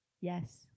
Yes